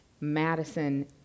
Madison